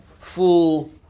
full